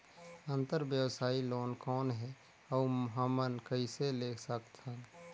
अंतरव्यवसायी लोन कौन हे? अउ हमन कइसे ले सकथन?